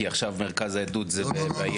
כי עכשיו מרכז העדות בברייטון.